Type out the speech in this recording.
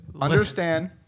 understand